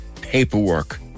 paperwork